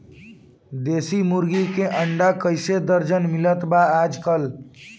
देशी मुर्गी के अंडा कइसे दर्जन मिलत बा आज कल?